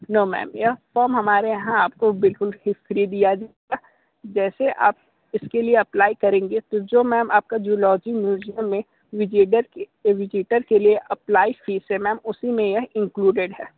no ma'am यह form हमारे यहाँ आपको बिल्कुल ही फ्री दिया जाएगा जैसे आप इसके लिए अप्लाई करेंगे तो जो मैम आपका जूलॉजी म्यूजियम में विजेटर के लीए अप्लाई फीस है मैम उसी में यह इन्क्लूडिड है